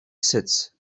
sits